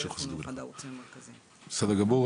בסדר גמור,